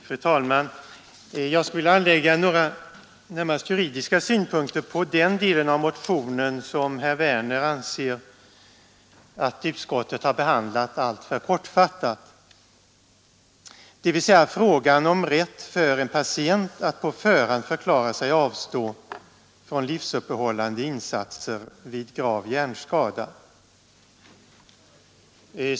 Fru talman! Jag skulle vilja anlägga några närmast juridiska synpunkter på den del av motionen som herr Werner i Malmö anser att utskottet behandlat alltför kortfattat, dvs. frågan om rätt för patient att på förhand förklara sig avstå från livsuppehållande insatser vid grav hjärnskada.